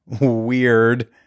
Weird